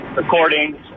recordings